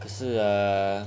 可是 ah